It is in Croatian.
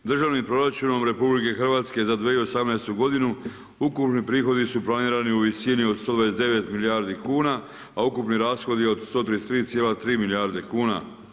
Državnim proračunom RH za 2018. g. ukupni prihodi su planirani u visini od 129 milijardi kuna, a ukupni rashodi od 133,3 milijardi kuna.